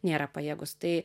nėra pajėgūs tai